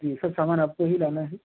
जी सब सामान आपको ही लाना है